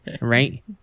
Right